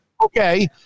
Okay